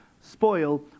spoil